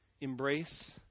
Embrace